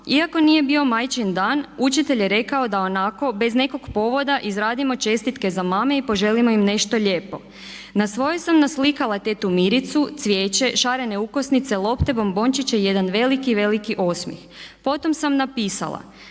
Iako nije bio Majčin dan, učitelj je rekao da onako bez nekog povoda izradimo čestitke za mame i poželimo im nešto lijepo. Na svojoj sam naslikala tetu Miricu, cvijeće, šarene ukosnice, lopte, bombončiće i jedan veliki, veliki osmjeh. Potom sam napisala: